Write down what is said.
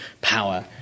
power